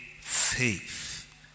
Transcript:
faith